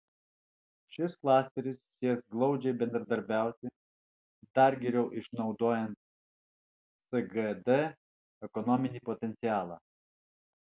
šis klasteris sieks glaudžiai bendradarbiauti dar geriau išnaudojant sgd ekonominį potencialą